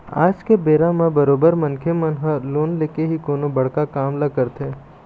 आज के बेरा म बरोबर मनखे मन ह लोन लेके ही कोनो बड़का काम ल करथे